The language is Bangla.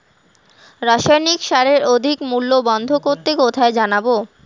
রাসায়নিক সারের অধিক মূল্য বন্ধ করতে কোথায় জানাবো?